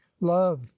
love